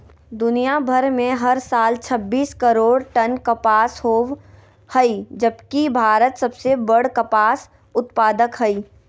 दुनियां भर में हर साल छब्बीस करोड़ टन कपास होव हई जबकि भारत सबसे बड़ कपास उत्पादक हई